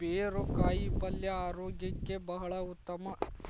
ಬೇರು ಕಾಯಿಪಲ್ಯ ಆರೋಗ್ಯಕ್ಕೆ ಬಹಳ ಉತ್ತಮ